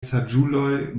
saĝuloj